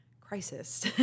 crisis